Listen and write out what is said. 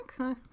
Okay